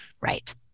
Right